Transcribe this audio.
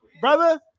brother